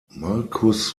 marcus